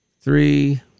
three